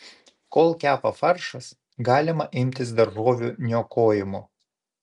kol kepa faršas galima imtis daržovių niokojimo